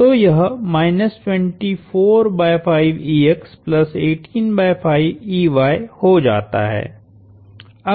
प्लसतोयहहो जाता है